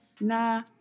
Nah